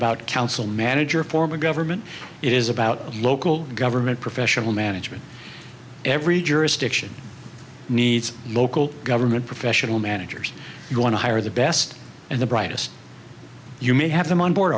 about council manager form of government it is about local government professional management every jurisdiction needs local government professional managers you want to hire the best and the brightest you may have them on board